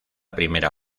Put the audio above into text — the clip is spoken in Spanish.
primera